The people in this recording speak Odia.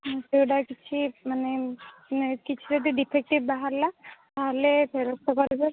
ସେଇଟା କିଛି ମାନେ ନାଇଁ କିଛି ଯଦି ଡିଫେକ୍ଟଟିଭ୍ ବାହାରିଲା ତା'ହେଲେ ଫେରସ୍ତ କରିବେ